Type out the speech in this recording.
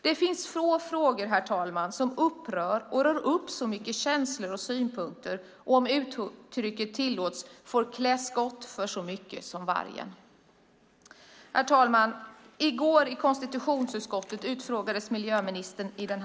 Det finns få frågor, herr talman, som upprör och rör upp så mycket känslor och synpunkter och som, om uttrycket tillåts, får klä skott för så mycket som vargen. Herr talman! I går utfrågades miljöministern i denna fråga i konstitutionsutskottet.